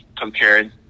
compared